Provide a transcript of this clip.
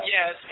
Yes